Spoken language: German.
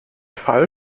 fall